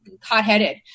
hot-headed